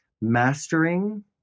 mastering